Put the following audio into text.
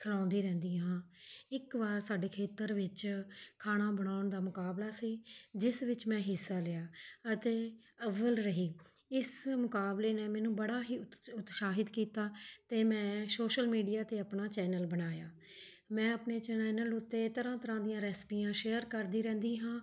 ਖਿਲਾਉਂਦੀ ਰਹਿੰਦੀ ਹਾਂ ਇੱਕ ਵਾਰ ਸਾਡੇ ਖੇਤਰ ਵਿੱਚ ਖਾਣਾ ਬਣਾਉਣ ਦਾ ਮੁਕਾਬਲਾ ਸੀ ਜਿਸ ਵਿੱਚ ਮੈਂ ਹਿੱਸਾ ਲਿਆ ਅਤੇ ਅੱਵਲ ਰਹੀ ਇਸ ਮੁਕਾਬਲੇ ਨੇ ਮੈਨੂੰ ਬੜਾ ਹੀ ਉਤਸ਼ ਉਤਸ਼ਾਹਿਤ ਕੀਤਾ ਅਤੇ ਮੈਂ ਸੋਸ਼ਲ ਮੀਡੀਆ 'ਤੇ ਆਪਣਾ ਚੈਨਲ ਬਣਾਇਆ ਮੈਂ ਆਪਣੇ ਚੈਨਲ ਉੱਤੇ ਤਰ੍ਹਾਂ ਤਰ੍ਹਾਂ ਦੀਆਂ ਰੈਸਪੀਆਂ ਸ਼ੇਅਰ ਕਰਦੀ ਰਹਿੰਦੀ ਹਾਂ